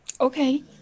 Okay